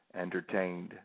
entertained